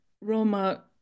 Roma